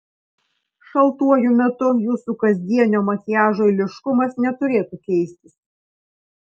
šaltuoju metu jūsų kasdienio makiažo eiliškumas neturėtų keistis